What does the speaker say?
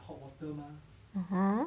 ah ha